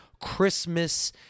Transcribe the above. Christmas